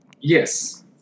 Yes